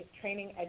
training